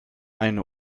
eine